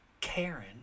Karen